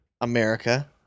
America